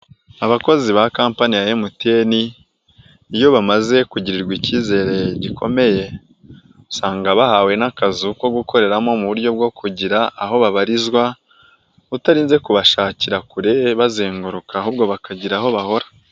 Abakozi ba Kampani ya MTN, iyo bamaze kugirirwa icyizere gikomeye, usanga bahawe n'akazu ko gukoreramo mu buryo bwo kugira aho babarizwa, utarinze kubashakira kure bazenguruka, ahubwo bakagira aho bahora.